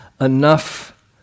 enough